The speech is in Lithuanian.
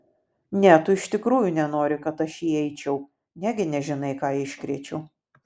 ne tu iš tikrųjų nenori kad aš įeičiau negi nežinai ką iškrėčiau